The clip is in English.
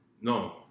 No